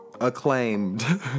acclaimed